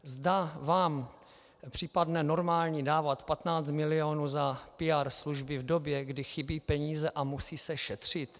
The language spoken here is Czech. Zda vám připadne normální dávat 15 mil. za PR služby v době, kdy chybí peníze a musí se šetřit?